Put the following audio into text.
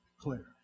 clear